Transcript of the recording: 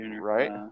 Right